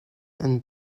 and